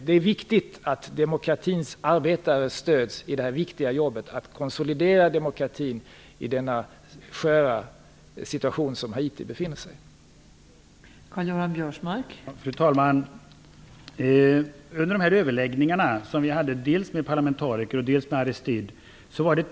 Det är viktigt att demokratins arbetare stöds i det viktiga arbetet att konsolidera demokratin i den sköra situation som Haiti befinner sig i.